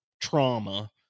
trauma